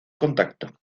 contacto